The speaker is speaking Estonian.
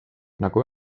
nagu